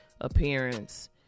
appearance